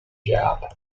job